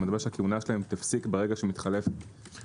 שהכהונה שלהם תפסיק- -- לא.